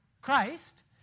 Christ